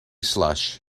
slush